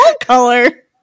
color